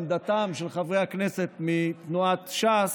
לעמדתם של חברי הכנסת מתנועת ש"ס,